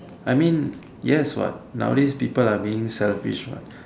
I mean yes what nowadays people are being selfish what